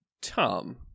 tom